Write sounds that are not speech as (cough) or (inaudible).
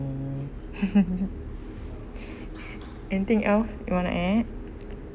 mm (laughs) anything else you want to add